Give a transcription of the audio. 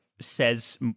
says